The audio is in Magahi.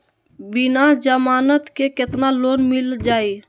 बिना जमानत के केतना लोन मिल जाइ?